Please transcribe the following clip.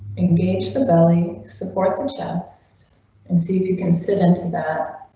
engage the valley, support the test and see if you can sit into that.